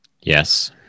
Yes